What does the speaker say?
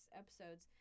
episodes